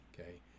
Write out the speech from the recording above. Okay